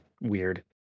weird